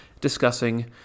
discussing